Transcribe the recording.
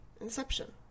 Inception